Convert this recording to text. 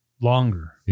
longer